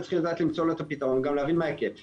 רק צריכים לדעת למצוא לה את הפתרון ולהבין מה ההיקף שלה,